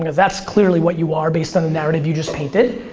that's clearly what you are based on the narrative you just painted.